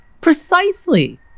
Precisely